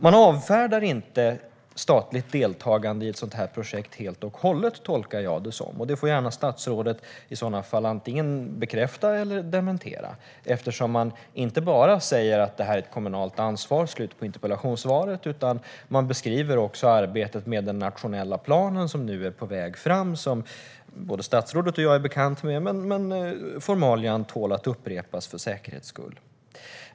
Man avfärdar inte helt och hållet statligt deltagande i ett sådant här projekt, tolkar jag det som. Statsrådet får gärna antingen bekräfta eller dementera det. Det sägs i interpellationssvaret att detta inte bara är ett kommunalt ansvar, utan också arbetet med den nationella planen som nu är på väg beskrivs. Både statsrådet och jag är bekant med den, men för säkerhets skull tål formalian upprepas.